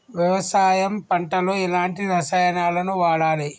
వ్యవసాయం పంట లో ఎలాంటి రసాయనాలను వాడాలి?